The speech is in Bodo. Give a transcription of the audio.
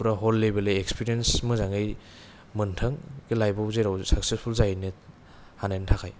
फुरा हल लेबेलै इकस्पिरियेन्स मोजाङै मोनथों लाइफआव जेराव साकसेसफुल जायैनो हानायनि थाखाय